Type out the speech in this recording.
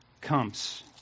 comes